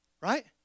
right